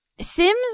sims